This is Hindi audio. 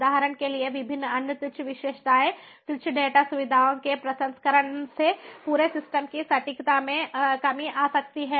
उदाहरण के लिए विभिन्न अन्य तुच्छ विशेषताएं तुच्छ डेटा सुविधाओं के प्रसंस्करण से पूरे सिस्टम की सटीकता में कमी आ सकती है